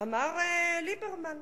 אמר ליברמן,